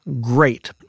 great